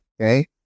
okay